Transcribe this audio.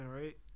right